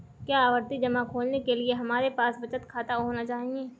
क्या आवर्ती जमा खोलने के लिए हमारे पास बचत खाता होना चाहिए?